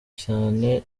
cane